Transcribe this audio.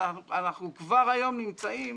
אנחנו כבר היום נמצאים